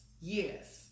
yes